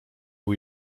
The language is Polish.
był